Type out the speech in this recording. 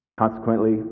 Consequently